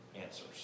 answers